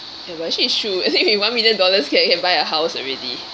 eh but actually it's true I think with one million dollars can can buy a house already